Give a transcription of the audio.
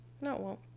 no